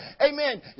Amen